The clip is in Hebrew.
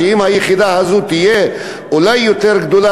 אם היחידה הזו תהיה אולי יותר גדולה,